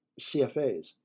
CFAs